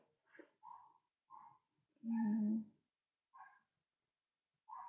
mm